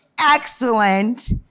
excellent